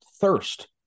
thirst